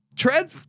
Tread